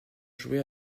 joués